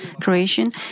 creation